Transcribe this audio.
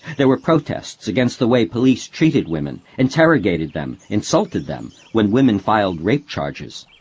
there were protests against the way police treated women, interrogated them, insulted them, when women filed rape charges.